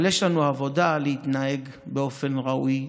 אבל יש לנו עבודה להתנהג באופן ראוי,